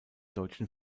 deutschen